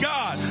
God